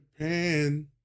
japan